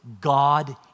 God